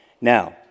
Now